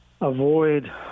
avoid